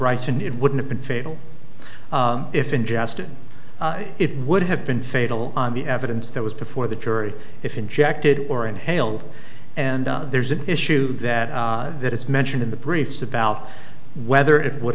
price and it would have been fatal if ingested it would have been fatal on the evidence that was before the jury if injected or inhaled and there's an issue that that is mentioned in the briefs about whether it would